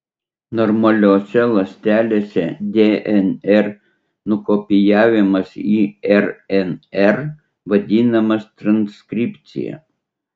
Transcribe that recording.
normaliose ląstelėse dnr nukopijavimas į rnr vadinamas transkripcija